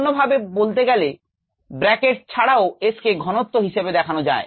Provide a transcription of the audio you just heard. অন্যভাবে বলতে গেলে ব্যাকেট ছাড়াও s কে ঘনত্ব হিসেবে দেখানো যায়